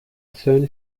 sun